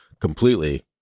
completely